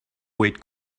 wait